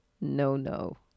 no-no